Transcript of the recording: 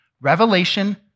Revelation